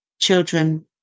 children